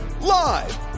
Live